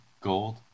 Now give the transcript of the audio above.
gold